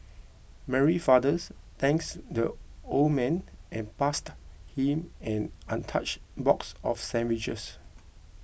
Mary father's thanks the old man and passed him an untouched box of sandwiches